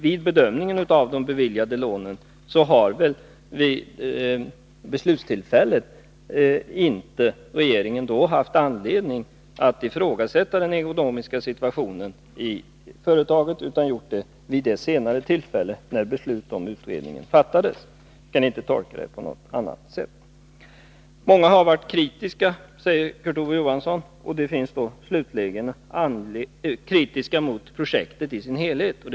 Vid bedömningen av de beviljade lånen hade regeringen vid beslutstillfället inte haft anledning att ifrågasätta den ekonomiska situationen i företaget. Det gjorde man vid det senare tillfälle när beslut om utredningen fattades. Jag kan inte tolka det på något annat sätt. Många har varit kritiska mot projektet i dess helhet, säger Kurt Ove Johansson.